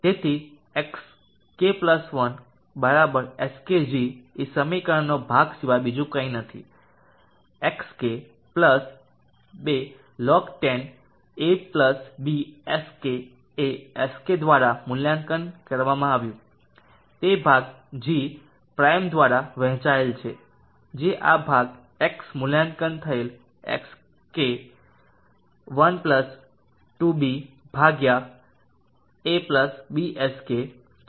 તેથી x k1 xkg એ સમીકરણનો આ ભાગ સિવાય બીજું કંઈ નથી xk2log10 abxk એ xk દ્વારા મૂલ્યાંકન કરવામાં આવ્યું તે ભાગ g પ્રાઇમ દ્વારા વહેંચાયેલ જે આ ભાગ x મૂલ્યાંકન થયેલ xk 12babxk છે